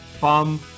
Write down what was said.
bum